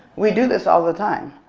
we do this all the time.